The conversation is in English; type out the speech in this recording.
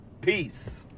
Peace